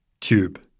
Tube